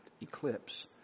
eclipse